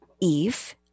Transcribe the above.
Eve